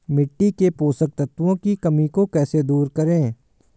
मिट्टी के पोषक तत्वों की कमी को कैसे दूर करें?